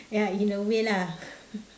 ya in a way lah